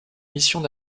missions